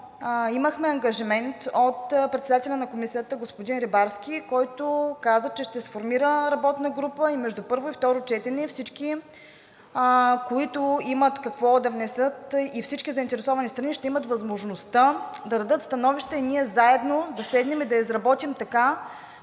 имахме ангажимент от председателя на Комисията – господин Рибарски, който каза, че ще сформира работна група и между първо и второ четене всички заинтересовани страни, които имат какво да внесат, ще имат възможността да дадат становища и ние заедно да седнем и да изработим така,